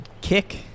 kick